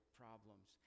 problems